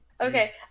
Okay